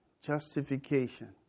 Justification